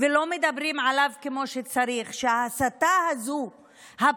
שלא מדברים עליו כמו שצריך, הוא שההסתה הפרועה